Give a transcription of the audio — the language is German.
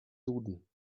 duden